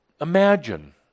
Imagine